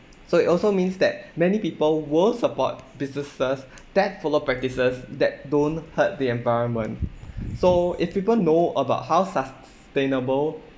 so it also means that many people will support businesses that follow practices that don't hurt the environment so if people know about how sustainable